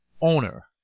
owner